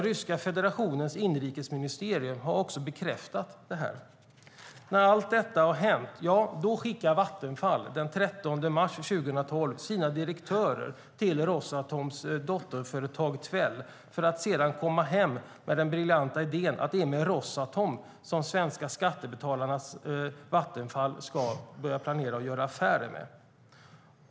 Ryska federationens inrikesministerium har också bekräftat detta. När allt detta har hänt skickar Vattenfall den 13 mars 2012 sina direktörer till Rosatoms dotterföretag Tvel för att sedan komma hem med den briljanta idén att det är med Rosatom som de svenska skattebetalarnas Vattenfall ska göra affärer med.